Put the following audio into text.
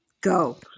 Go